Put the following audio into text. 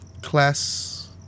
class